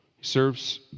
serves